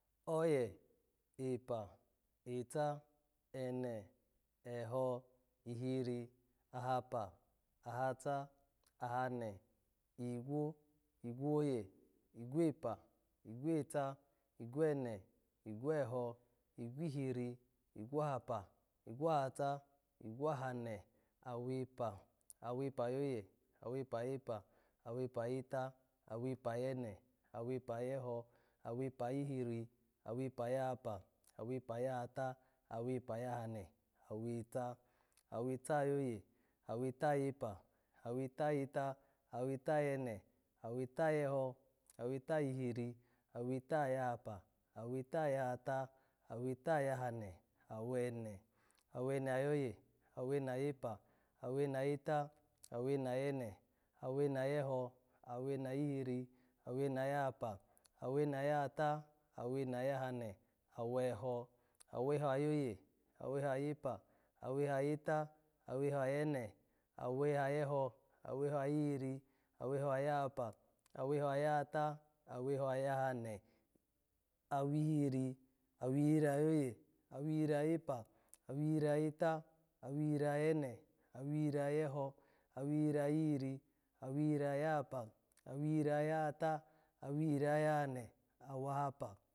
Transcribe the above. Oye, epa, eta, ene, eho, ihiri, ahapa, ahata, ahane, igwo, igwoye, igwepa, igweta, igwene, igweho, igwihiri, igwahapa, igwahata, igwahane, awepa, awepa ayoye, awepa ayepwa, awepa ayeta, awepa ayene, awepa ayeho, awepa ayihiri, awepa ayahapa, awepa ayahata, awepa ayahane, aweta, aweta ayoye, aweta ayepa. aweta ayeta, aweta ayene, aweta ayeho, aweta ayihiri, aweta ayahapa, aweta ayahata, aweta ayahane, awene, awene ayoye, awene ayepa, awene ayeta, awene ayene, awene ayeho, awene ayihiri, awene ayahapa awene ayahata, awene ayahane, aweho, aweho ayoye, aweho ayepa, aweho ayeta. aweho ayene, aweho ayeho, aweho ayihiri, aweho ayahapa, aweho ayahata, aweho ayahane, awihiri, awihiri ayoye, awihiri ayepa, awihiri ayeta, awihiri ayene, awihiri ayeho, awihiri ayihiri, awihiri ayahapa, awihiri ayahayata, awihiri ayahane, awahapa